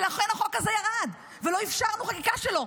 ולכן החוק הזה ירד ולא אפשרנו חקיקה שלו.